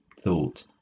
thought